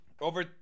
Over